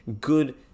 good